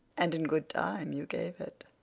and in good time you gave it.